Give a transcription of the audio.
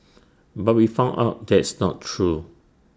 but we found out that's not true